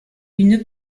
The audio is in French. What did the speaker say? une